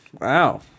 Wow